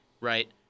right